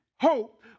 hope